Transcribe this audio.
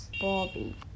Bobby